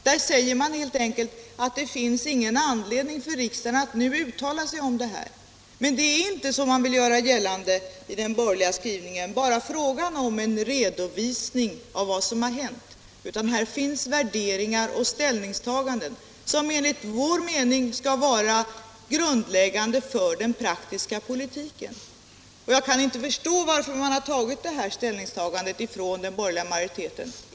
Där säger man helt enkelt att det inte finns någon anledning för riksdagen att nu uttala sig om detta. Men det är inte, som "man vill göra gällande i den borgerliga skrivningen, bara fråga om en redovisning av vad som hänt, utan här finns värderingar och ställningstaganden som enligt vår mening skall vara grundläggande för den praktiska politiken. Jag kan inte förstå varför den borgerliga majoriteten gjort detta ställningstagande.